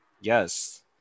Yes